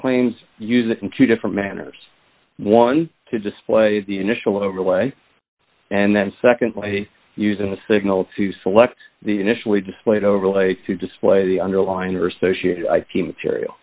claims use it in two different manners one to display the initial overweigh and then secondly using the signal to select the initially displayed overlay to display the underlying or associated ip material